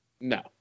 No